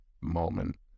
moment